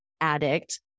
addict